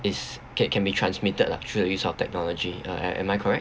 it's can can be transmitted lah through the use of technology uh am am I correct